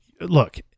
look